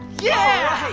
yeah!